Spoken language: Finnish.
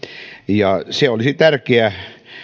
se olisi tärkeä